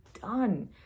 done